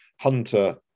hunter